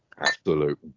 absolute